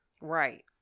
Right